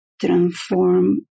transform